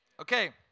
Okay